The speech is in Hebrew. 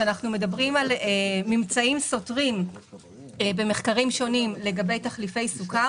כשאנחנו מדברים על ממצאים סותרים במחקרים שונים לגבי תחליפי סוכר,